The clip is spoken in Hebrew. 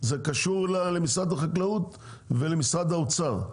זה קשור למשרד החקלאות ולמשרד האוצר,